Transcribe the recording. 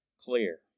clear